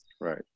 Right